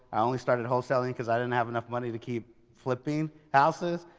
i only started wholesaling because i didn't have enough money to keep flipping houses.